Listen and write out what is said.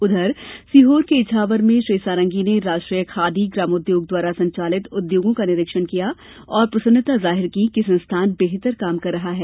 ऊधर सीहोर के इछावर में श्री सारंगी ने राष्ट्रीय खादी ग्रामोद्योग द्वारा संचालित उद्योगों का निरीक्षण किया और प्रसन्नता जाहिर की कि संस्थान बेहतर काम कर रहा है